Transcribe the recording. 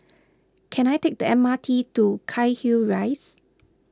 can I take the M R T to Cairnhill Rise